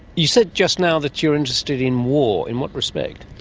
you said just now that you're interested in war. in what respect?